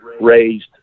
raised